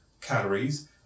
calories